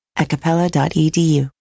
acapella.edu